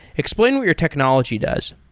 explain what your technology does.